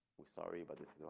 we're sorry but this